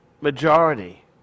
majority